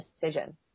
decision